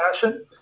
passion